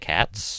Cats